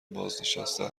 بازنشسته